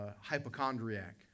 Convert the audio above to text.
hypochondriac